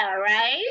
right